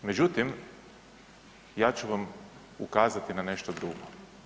Međutim, ja ću vam ukazati na nešto drugo.